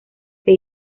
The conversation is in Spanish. que